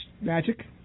magic